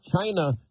China